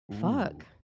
Fuck